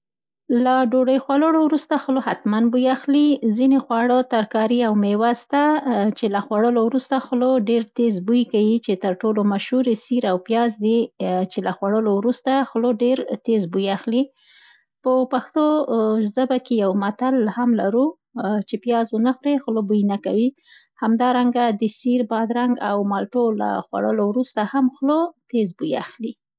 له ډوډۍ خوړولو وروسته خوله حتمن بوی اخلي. ځیني خواړه، ترکاري او میوه سته، چې له خوړولو وروسته خوله ډېر بوی کوي چې تر ټولو مشهور یې پیاز او سیر دي، چې له خوړولو وروسته خوله ډېر تیز بوی اخلي. په پښتو زبه کې یوه متل هم لرو، چې پیاز ونخورې خوله بوه نه کوي. همدارنګه د سیر، بادرنګ او مالټو له خورړولو وروسته هم خوله تېز بوه اخلي.